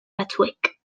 batzuek